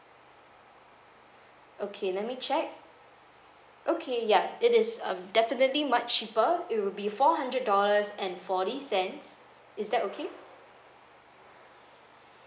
okay let me check okay ya it is a definitely much cheaper it will be four hundred dollars and forty cents is that okay